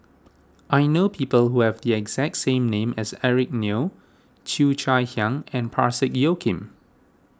I know people who have the exact same name as Eric Neo Cheo Chai Hiang and Parsick Joaquim